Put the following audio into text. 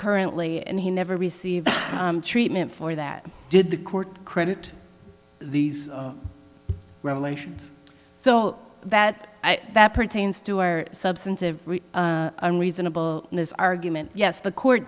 currently and he never received treatment for that did the court credit these revelations so that that pertains to our substantive and reasonable in his argument yes the court